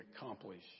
accomplish